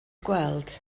gweld